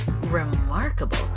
remarkable